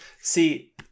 See